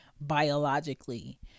biologically